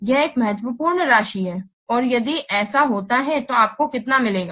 यह एक महत्वपूर्ण राशि है और यदि ऐसा होता है तो आपको कितना मिलेगा